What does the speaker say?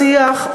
השיח,